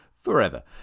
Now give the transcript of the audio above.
forever